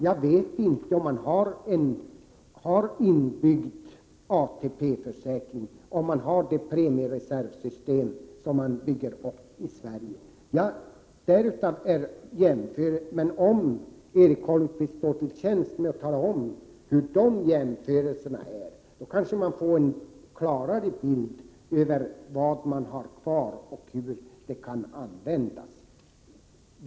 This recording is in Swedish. Jag vet inte om man har inbyggd ATP-försäkring eller om man har samma slag av premiereservsystem som det man bygger upp i Sverige. Om Erik Holmkvist står till tjänst med att tala om hur de jämförelserna utfaller, kanske man får en klarare bild av vad man har kvar och hur pengarna kan användas.